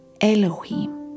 Elohim